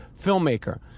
filmmaker